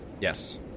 Yes